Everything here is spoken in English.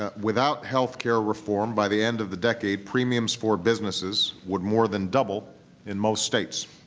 ah without health care reform, by the end of the decade premiums for businesses would more than double in most states.